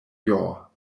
jaw